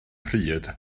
pryd